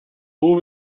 buca